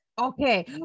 Okay